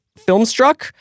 Filmstruck